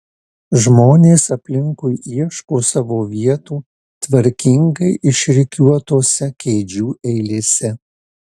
žmonės aplinkui ieško savo vietų tvarkingai išrikiuotose kėdžių eilėse